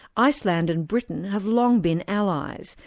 iceland and britain have long been allies.